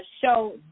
show